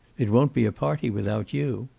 it won't be a party without you.